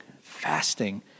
fasting